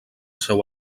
seu